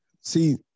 See